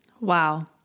Wow